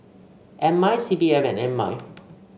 M I C P F and M I